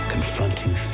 Confronting